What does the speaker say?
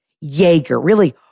Jaeger—really